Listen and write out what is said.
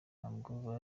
ntabwo